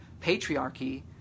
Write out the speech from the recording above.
patriarchy